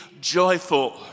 joyful